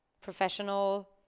professional